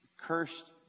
cursed